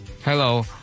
Hello